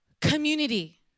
community